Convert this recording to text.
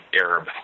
Arab